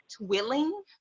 willing